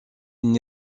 n’y